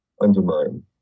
undermine